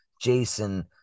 Jason